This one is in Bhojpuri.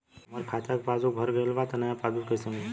हमार खाता के पासबूक भर गएल बा त नया पासबूक कइसे मिली?